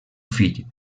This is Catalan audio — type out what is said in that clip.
fill